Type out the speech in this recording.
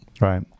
Right